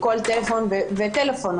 לכל טלפון וטלפון?